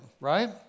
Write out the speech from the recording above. right